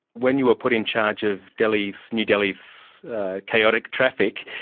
when you were put in charge of delhi's. new delhi's chaotic traffic,